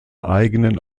eigenen